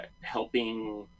helping